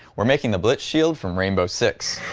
we're making the blitz shield from rainbow six